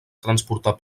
transportar